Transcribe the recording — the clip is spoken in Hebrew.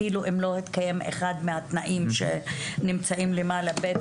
אפילו אם לא התקיים אחד מהתנאים שנמצאים למעלה בפסקאות (ב)